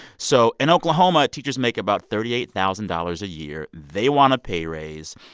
so in oklahoma, teachers make about thirty eight thousand dollars a year. they want a pay raise.